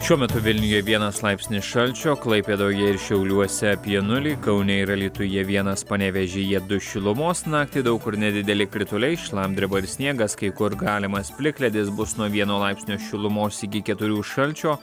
šiuo metu vilniuje vienas laipsnis šalčio klaipėdoje ir šiauliuose apie nulį kaune ir alytuje vienas panevėžyje du šilumos naktį daug kur nedideli krituliai šlapdriba sniegas kai kur galimas plikledis bus nuo vieno laipsnio šilumos iki keturių šalčio